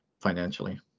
financially